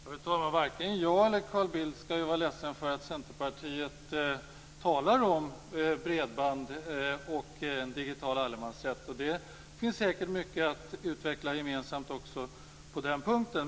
Fru talman! Varken jag eller Carl Bildt skall vara ledsen för att man från Centerpartiets sida talar om bredband och digital allemansrätt. Det finns säkert mycket att utveckla gemensamt på den punkten.